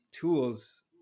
tools